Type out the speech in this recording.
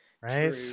Right